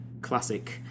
classic